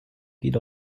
geht